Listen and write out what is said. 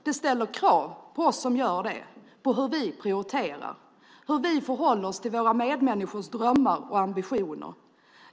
Det ställer krav på oss som gör det, på hur vi prioriterar, på hur vi förhåller oss till våra medmänniskors drömmar och ambitioner.